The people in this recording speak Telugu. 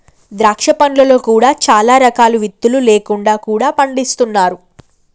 ద్రాక్ష పండ్లలో కూడా చాలా రకాలు విత్తులు లేకుండా కూడా పండిస్తున్నారు